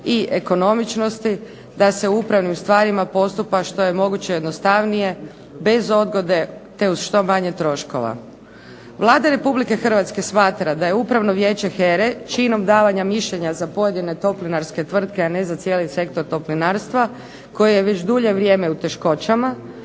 i ekonomičnosti, da se u upravnim stvarima postupa što je moguće jednostavnije, bez odgode, te uz što manje troškova. Vlada Republike Hrvatske smatra da je upravno vijeće HERA-e činom davanja mišljenja za pojedine toplinarske tvrtke, a ne za cijeli sektor toplinarstva, koje je već dulje vrijeme u teškoćama,